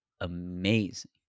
amazing